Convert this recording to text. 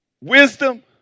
wisdom